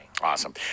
Awesome